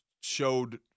showed